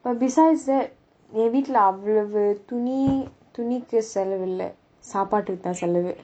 but besides that என் வீட்லே அவ்வளவு துணி~ துணிக்கு செலவு இல்லே சாப்பாட்டுக்கு தான் செலவு:en veetle avvalavu thuni~ thunikku selavu ille saapaatukku thaan selavu